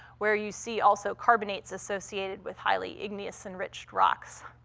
where you see, also, carbonates associated with highly igneous enriched rocks.